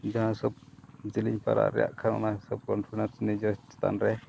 ᱡᱟᱦᱟᱸ ᱦᱤᱥᱟᱹᱵ ᱡᱤᱞᱤᱧ ᱯᱟᱨᱟᱜ ᱨᱮᱭᱟᱜ ᱠᱷᱟᱱ ᱚᱱᱟ ᱦᱤᱥᱟᱹᱵ ᱠᱚᱱᱯᱷᱤᱰᱮᱱᱥ ᱱᱤᱡᱚᱥ ᱪᱮᱛᱟᱱ ᱨᱮ